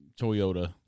Toyota